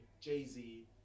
Jay-Z